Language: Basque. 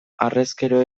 harrezkero